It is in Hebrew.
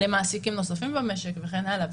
למעסיקים נוספים במשק וכן הלאה.